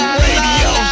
radio